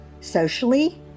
socially